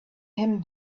him